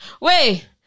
Wait